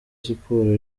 siporo